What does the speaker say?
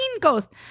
ghost